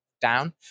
Down